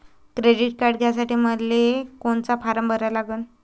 Credit card घ्यासाठी मले कोनचा फारम भरा लागन?